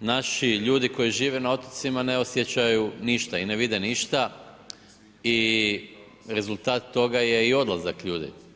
naši ljudi koji žive na otocima ne osjećaju ništa i ne vide ništa i rezultat toga je i odlazak ljudi.